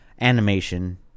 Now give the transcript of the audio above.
animation